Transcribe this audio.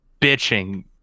bitching